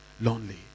lonely